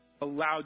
allowed